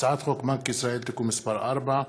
הצעת חוק בנק ישראל (תיקון מס' 4)